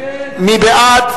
מי בעד?